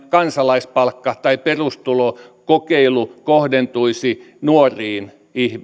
kansalaispalkka tai perustulokokeilu kohdentuisi siis nuoriin